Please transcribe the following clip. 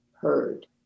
heard